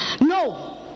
no